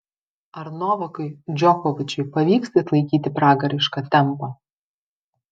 ar novakui džokovičiui pavyks atlaikyti pragarišką tempą